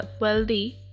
wealthy